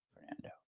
Fernando